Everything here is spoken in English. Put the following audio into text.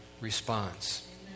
response